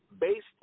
based